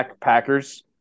Packers